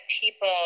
people